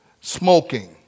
smoking